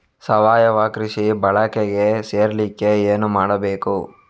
ಸಾವಯವ ಕೃಷಿ ಬಳಗಕ್ಕೆ ಸೇರ್ಲಿಕ್ಕೆ ಏನು ಮಾಡ್ಬೇಕು?